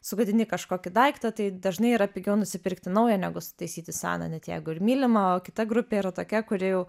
sugadini kažkokį daiktą tai dažnai yra pigiau nusipirkti naują negu sutaisyti seną net jeigu ir mylima o kita grupė yra tokia kuri jau